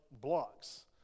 blocks